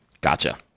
Gotcha